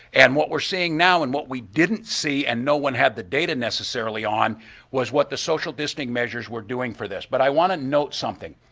and what we're seeing now and what we didn't see and no one had the data necessarily on was what the social distancing measures were doing for this but i want to note something.